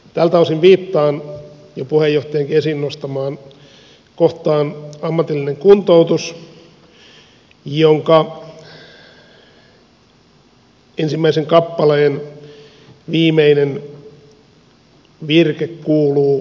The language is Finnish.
tältä osin viittaan jo puheenjohtajankin esiin nostamaan kohtaan ammatillinen kuntoutus jonka ensimmäisen kappaleen viimeinen virke kuuluu